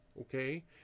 Okay